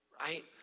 right